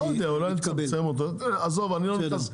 לא יודע, אולי נצמצם אותו, עזוב אני לא נכנס.